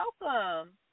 welcome